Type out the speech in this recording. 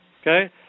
Okay